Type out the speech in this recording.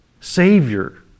Savior